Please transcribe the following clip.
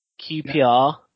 QPR